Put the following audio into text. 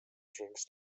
drinks